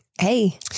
Hey